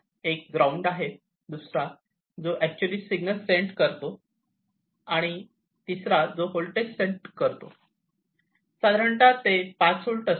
एक मूलतः ग्राउंड आहे दुसरा जो ऍक्च्युली सिग्नल सेंड करतो आणि तिसरा जो होल्टेज सेंड करतो साधारणतः ते 5 होल्ट असते